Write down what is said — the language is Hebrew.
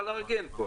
לארגן.